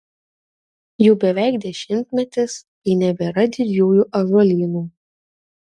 jau beveik dešimtmetis kai nebėra didžiųjų ąžuolynų